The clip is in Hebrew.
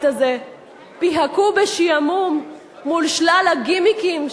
הזה פיהקו בשעמום מול שלל הגימיקים,